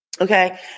Okay